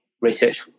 research